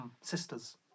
sisters